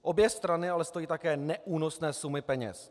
Obě strany ale stojí také neúnosné sumy peněz.